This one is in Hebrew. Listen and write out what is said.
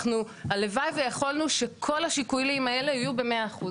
אנחנו הלוואי ויכולנו שכל השיקולים האלה יהיו במאה אחוז.